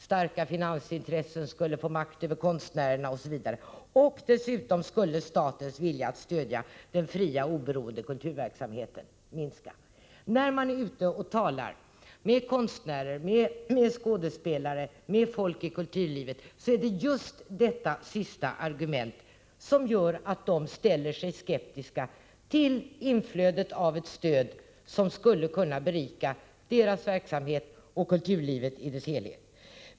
Starka finansintressen skulle få makt över konstnärerna osv. Dessutom skulle statens vilja att stödja den fria och oberoende kulturverksamheten minska. När man är ute och talar med konstnärer, med skådespelare och med folk i kulturlivet är det just detta sista argument som gör att de ställer sig skeptiska till inflödet av ett stöd som skulle kunna berika deras verksamhet och kulturlivet i dess helhet.